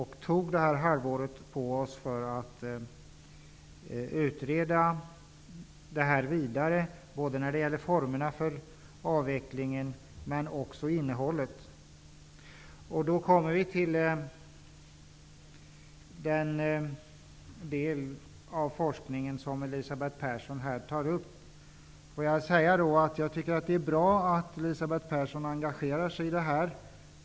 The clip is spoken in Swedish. Vi tog ju ett halvår på oss för att kunna utreda detta ytterligare, både när det gäller formerna för en avveckling och när det gäller innehållet. Då kommer vi till den del av forskningen som Elisabeth Persson tar upp. Jag tycker att det är bra att Elisabeth Persson engagerar sig i detta.